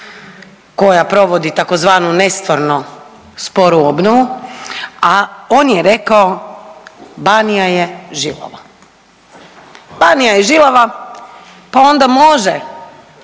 koja provodi tzv. nestvarno sporu obnovu, a on je rekao Banija je žilava, Banija je žilava pa onda može